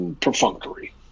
perfunctory